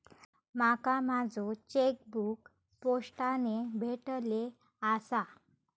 माका माझो चेकबुक पोस्टाने भेटले आसा